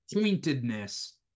pointedness